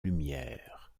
lumière